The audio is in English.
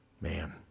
man